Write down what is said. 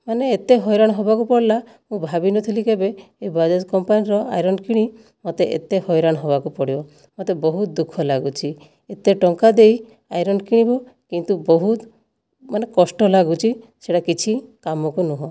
ମାନେ ଏତେ ହଇରାଣ ହେବାକୁ ପଡ଼ିଲା ମୁଁ ଭାବି ନଥିଲି କେବେ ଏ ବାଜାଜ କମ୍ପାନୀର ଆଇରନ କିଣି ମୋତେ ଏତେ ହଇରାଣ ହେବାକୁ ପଡ଼ିବ ମୋତେ ବହୁତ ଦୁଃଖ ଲାଗୁଛି ଏତେ ଟଙ୍କା ଦେଇ ଆଇରନ କିଣିବୁ କିନ୍ତୁ ବହୁତ ମାନେ କଷ୍ଟ ଲାଗୁଛି ସେ'ଟା କିଛି କାମକୁ ନୁହେଁ